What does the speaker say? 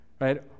right